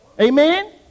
Amen